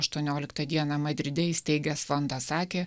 aštuonioliktą dieną madride įsteigęs fondą sakė